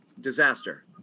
Disaster